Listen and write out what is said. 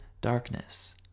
darkness